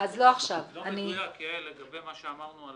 לא מדויק לגבי מה שאמרנו על